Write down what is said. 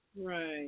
Right